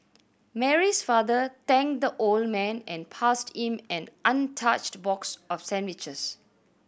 Mary's father thanked the old man and passed him an untouched box of sandwiches